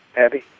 abby?